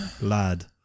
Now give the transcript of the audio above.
Lad